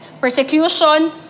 persecution